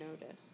notice